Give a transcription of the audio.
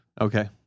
Okay